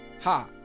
Ha